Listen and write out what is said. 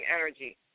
energy